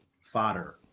fodder